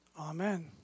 Amen